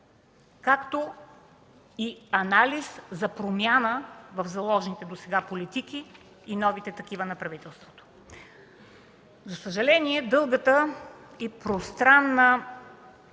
както и анализ за промяна в заложените досега политики и новите такива на правителството. За съжаление, дългият и пространен